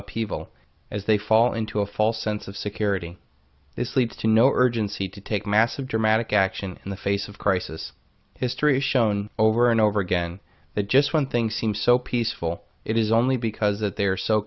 upheaval as they fall into a false sense of security this leads to no urgency to take massive dramatic action in the face of crisis history has shown over and over again that just when things seem so peaceful it is only because th